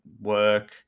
work